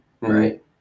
right